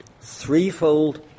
threefold